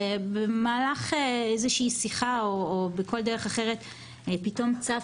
שבמהלך איזושהי שיחה או בדרך אחרת פתאום צף